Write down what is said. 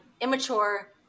immature